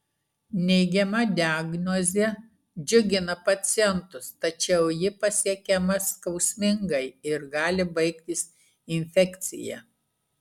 neigiama diagnozė džiugina pacientus tačiau ji pasiekiama skausmingai ir gali baigtis infekcija